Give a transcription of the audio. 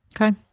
Okay